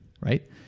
right